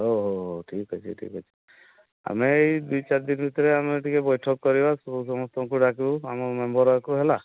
ହଉ ହଉ ହଉ ଠିକ୍ ଅଛି ଠିକ୍ ଅଛି ଆମେ ଏଇ ଦୁଇ ଚାରି ଦିନ ଭିତରେ ଆମେ ଟିକେ ବୈଠକ କରିବା ସମସ୍ତଙ୍କୁ ଡାକିବୁ ଆମ ମେମ୍ବର୍କୁ ହେଲା